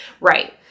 Right